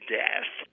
death